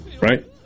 Right